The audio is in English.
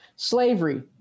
Slavery